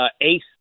Ace